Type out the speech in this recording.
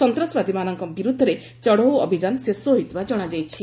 ସନ୍ତାସବାଦୀମାନଙ୍କ ବିରୁଦ୍ଧରେ ଚଢ଼ଉ ଅଭିଯାନ ଶେଷ ହୋଇଥିବା ଜଣାଯାଇଛି